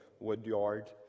Woodyard